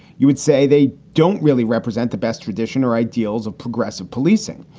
you would say they don't really represent the best tradition or ideals of progressive policing,